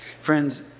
Friends